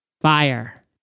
fire